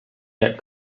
yet